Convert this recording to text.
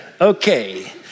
Okay